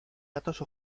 datos